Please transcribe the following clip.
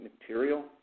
material